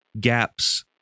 gaps